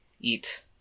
eat